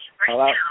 Hello